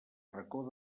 racó